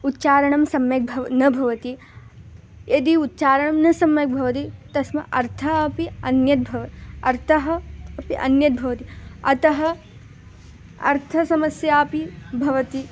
उच्चारणं सम्यक् भ न भवति यदि उच्चारणं न सम्यक् भवति तस्म अर्थम् अपि अन्यत् भव अर्थः अपि अन्यत् भवति अतः अर्थसमस्या अपि भवति